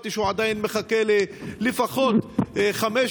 הבנתי שהוא עדיין מחכה לפחות לחמש